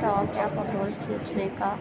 شوق ہے فوٹوز کھینچنے کا